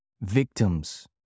victims